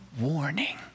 Warning